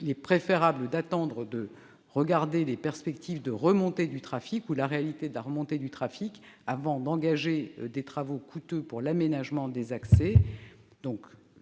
Il est préférable d'attendre de constater la réalité de la remontée du trafic avant d'engager des travaux coûteux pour l'aménagement des accès.